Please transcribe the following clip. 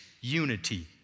unity